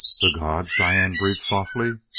the gods, diane breathed softly,